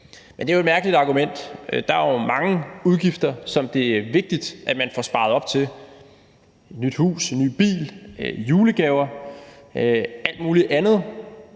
for. Det er jo et mærkeligt argument. Der er jo mange udgifter, som det er vigtigt at man får sparet op til. Nyt hus, ny bil, julegaver og alt muligt andet